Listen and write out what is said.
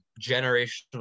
generational